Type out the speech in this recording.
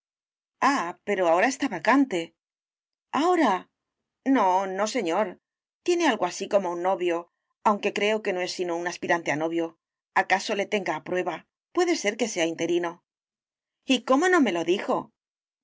pero ahora está vacante ahora no no señor tiene algo así como un novio aunque creo que no es sino aspirante a novio acaso le tenga en prueba puede ser que sea interino y cómo no me lo dijo